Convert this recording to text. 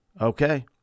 Okay